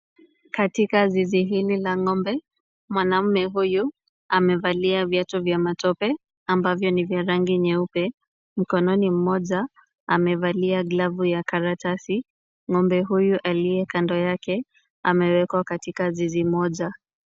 Katika zizi hili la ng'ombe, mwanaume huyu amevalia viatu vya matope ambavyo ni vya rangi nyeupe. Mkononi mmoja amevalia glavu ya karatasi. Ng'ombe huyu aliye kando yake amewekwa katika zizi moja.